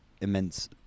immense